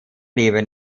leben